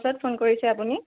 phone কৰিছে আপুনি